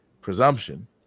presumption